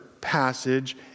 passage